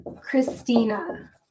Christina